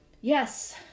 Yes